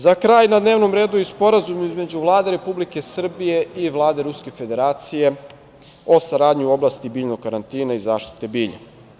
Za kraj, na dnevnom redu i Sporazum između Vlade Republike Srbije i Vlade Ruske Federacije o saradnji u oblasti biljnog karantina i zaštite bilja.